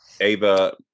Ava